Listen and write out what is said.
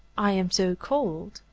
i am so called,